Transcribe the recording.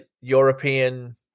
European